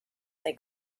they